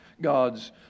God's